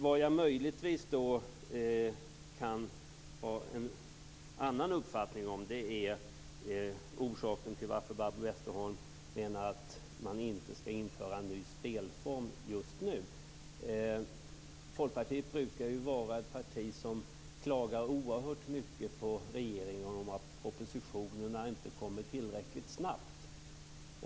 Vad jag möjligtvis kan ha en annan uppfattning om är den orsak som Barbro Westerholm anger till att vi inte just nu skall införa en ny spelform. Folkpartiet är ett parti som brukar klaga oerhört mycket på regeringen för att propositionerna inte kommer tillräckligt snabbt.